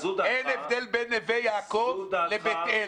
אין הבדל בין נווה יעקב לבית אל,